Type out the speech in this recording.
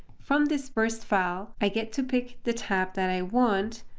from this first file, i get to pick the tab that i want,